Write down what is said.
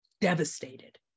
devastated